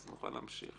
אז נוכל להמשיך.